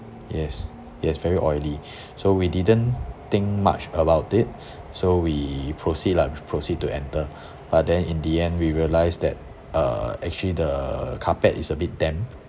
yes yes very oily so we didn't think much about it so we proceed lah we proceed to enter but then in the end we realised that uh actually the carpet is a bit damp